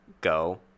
go